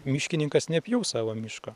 miškininkas nepjaus savo miško